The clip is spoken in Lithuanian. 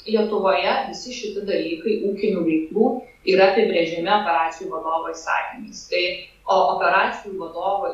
lietuvoje visi šiti dalykai ūkinių veiklų yra apibrėžiami operacijų vadovo įsakymais tai o operacijų vadovai